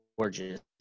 gorgeous